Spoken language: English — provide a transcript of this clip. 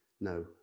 no